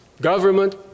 government